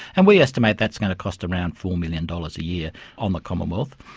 and we estimate that's going to cost around four million dollars a year on the commonwealth.